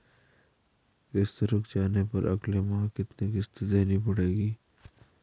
किश्त रुक जाने पर अगले माह कितनी किश्त देनी पड़ेगी?